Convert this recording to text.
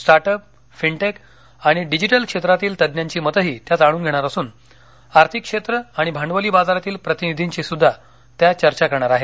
start up fintech आणि digital क्षेत्रातील तज्ञांची मतंही त्या जाणून घेणार असून आर्थिक क्षेत्र आणि भांडवली बाजारातील प्रतिनिधींशीसुद्धा त्या चर्चा करणार आहेत